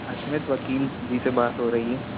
अश्मित वकील जी से बात हो रही है